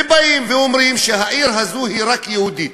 ובאים ואומרים שהעיר הזאת היא רק יהודית.